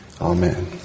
Amen